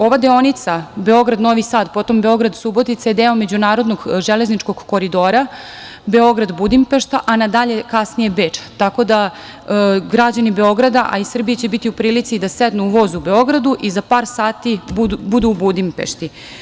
Ova deonica Beograd-Novi Sad, potom Beograd-Subotica je deo međunarodnog železničkog koridora Beograd-Budimpešta, a na dalje kasnije Beč, tako da, građani Beograda, a i Srbije, će biti u prilici da sednu u voz u Beogradu i za par sati budu u Budimpešti.